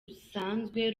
rusanzwe